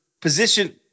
position